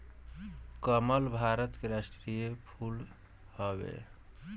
कमल भारत के राष्ट्रीय फूल हवे